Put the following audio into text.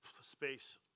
space